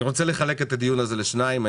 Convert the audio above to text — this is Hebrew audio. אני רוצה לחלק את הדיון הזה לשניים.